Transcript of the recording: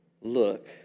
Look